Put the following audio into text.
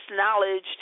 knowledge